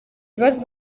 ibibazo